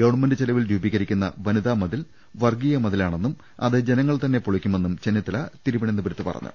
government ചെലവിൽ രൂപീകരിക്കുന്ന വനിതാ മതിൽ വർഗീയ മതിലാണെന്നും അത് ജനങ്ങൾതന്നെ പൊളിക്കുമെന്നും ചെന്നിത്തല തിരു വനന്തപുരത്ത് പറഞ്ഞു